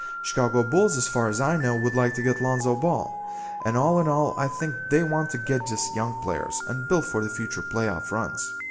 chicago bulls as far as i know would like to get lonzo ball and all in all i think they want to get just young players and build for the future playoff runs.